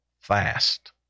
fast